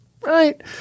right